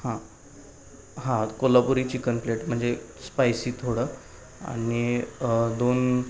हां हां Kolhapuri chicken plate म्हणजे स्पायसी थोडं आणि दोन